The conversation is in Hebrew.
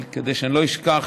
כדי שאני לא אשכח,